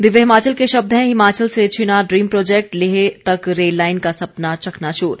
दिव्य हिमाचल के शब्द हैं हिमाचल से छिना ड्रीम प्रोजेक्ट लेह तक रेललाइन का सपना चकनाचूर